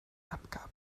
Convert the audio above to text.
abgabe